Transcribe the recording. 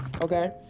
Okay